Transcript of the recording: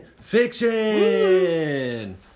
fiction